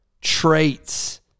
traits